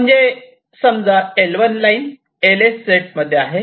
म्हणजे समजा L1 line LS set मध्ये आहे